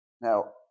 Now